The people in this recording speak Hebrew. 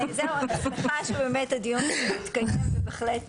(הצגת מצגת) אני שמחה שבאמת הדיון הזה מתקיים ובהחלט